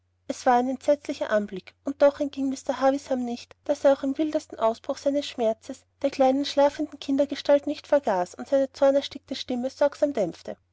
es war ein entsetzlicher anblick und doch entging mr havisham nicht daß er auch im wildesten ausbruch seines schmerzes der kleinen schlafenden kindergestalt nicht vergaß und seine zornerstickte stimme sorgsam dämpfte